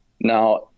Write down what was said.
Now